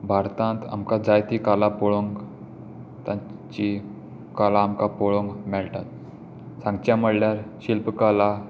भारतांत आमकां जायती कला पळोवंक तांची कला आमकां पळोवंक मेळटा सांगचें म्हणल्यार शिल्पकला